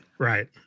Right